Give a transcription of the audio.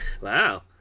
Wow